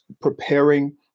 preparing